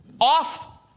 off